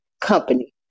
company